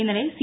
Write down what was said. ഇന്നലെ സി